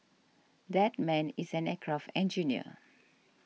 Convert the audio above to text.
that man is an aircraft engineer